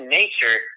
nature